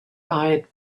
eyed